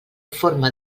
forma